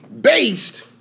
based